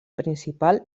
principal